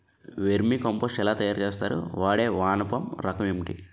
Vermi compost ఎలా తయారు చేస్తారు? వాడే వానపము రకం ఏంటి?